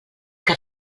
que